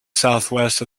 southwest